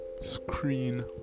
screen